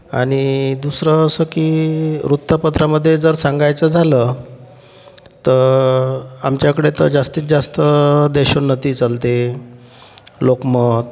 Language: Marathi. आणि दुसरं असं की वृत्तपत्रामध्ये जर सांगायचं झालं तर आमच्याकडे तर जास्तीत जास्त देशोन्नती चालते लोकमत